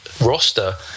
Roster